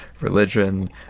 religion